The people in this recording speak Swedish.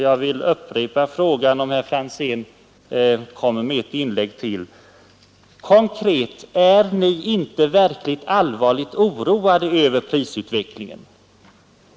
Jag vill upprepa ett par frågor, ifall herr Franzén kommer med ett inlägg till: Är ni inte verkligt allvarligt oroade över prisutvecklingen?